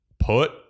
put